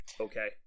okay